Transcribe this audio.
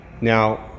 Now